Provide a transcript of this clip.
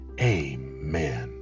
Amen